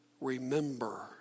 Remember